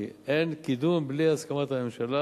כי אין קידום בלי הסכמת הממשלה